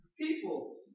People